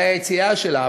והיציאה שלה,